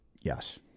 Yes